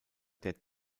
der